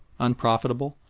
unprofitable,